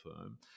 firm